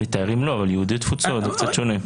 תיירים לא, אבל יהודי התפוצות זה קצת שונה.